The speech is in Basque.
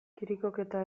kirikoketa